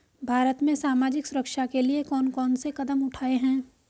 भारत में सामाजिक सुरक्षा के लिए कौन कौन से कदम उठाये हैं?